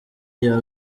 iya